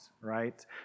right